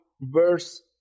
verse